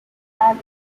and